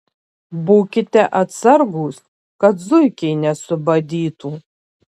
būkite atsargūs kad zuikiai nesubadytų